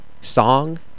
Song